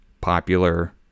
popular